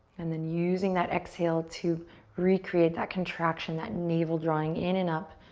and then using that exhale to recreate that contraction, that navel drawing in and up,